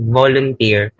volunteer